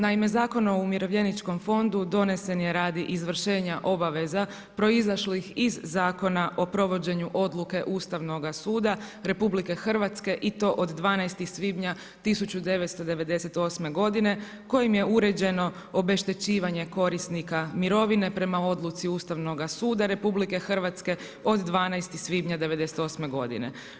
Naime Zakon o umirovljeničkom fondu donesen je radi izvršenja obaveza proizašlih iz Zakona o provođenju Odluke Ustavnoga suda RH i to od 12. svibnja 1998. godine kojim je uređeno obeštećivanje korisnika mirovine prema odluci Ustavnoga suda RH od 12. svibnja '98. godine.